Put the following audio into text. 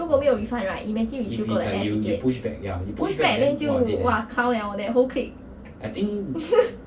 如果没有 refund right imagine we still go the air ticket pushed back then 就哇 kao 了 leh whole clique